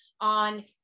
on